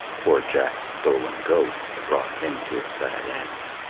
poor jack's stolen goat had brought him to a sad end.